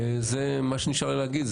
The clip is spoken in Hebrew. מה שנשאר לי להגיד,